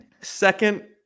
second